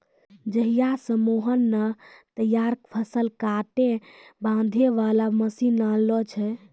जहिया स मोहन नॅ तैयार फसल कॅ काटै बांधै वाला मशीन लानलो छै